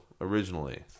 originally